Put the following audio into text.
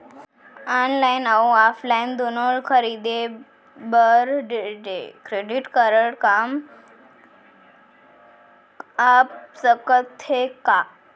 Online अऊ offline दूनो खरीदी बर क्रेडिट कारड काम आप सकत हे का?